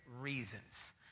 reasons